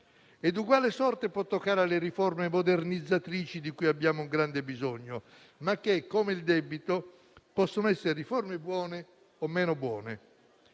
Uguale sorte può toccare alle riforme modernizzatrici di cui abbiamo un grande bisogno, ma che, come il debito, possono essere riforme buone o meno buone: